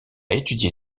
étudié